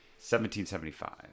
1775